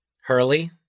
Hurley